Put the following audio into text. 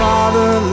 Father